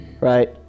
right